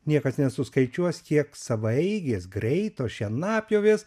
niekas nesuskaičiuos kiek savaeigės greito šienapjovės